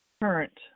Current